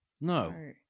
No